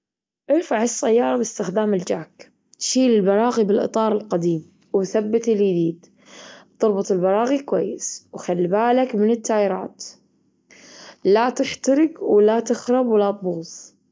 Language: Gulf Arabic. إرفع السيارة باستخدام الجاك. تشيل البراغي بالاطار القديم وثبت الجديد. تربط البراغي كويس وخلي بالك من التايرات لا تحترج ولا تخرب ولا تبوظ.